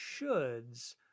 shoulds